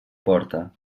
porta